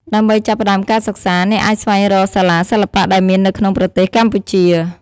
ដើម្បីចាប់ផ្ដើមការសិក្សា អ្នកអាចស្វែងរកសាលាសិល្បៈដែលមាននៅក្នុងប្រទេសកម្ពុជា។